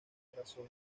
razón